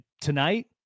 tonight